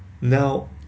Now